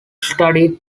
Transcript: studied